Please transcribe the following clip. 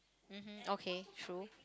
mmhmm okay true